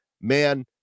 man